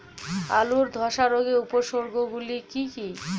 আলুর ধ্বসা রোগের উপসর্গগুলি কি কি?